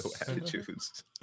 attitudes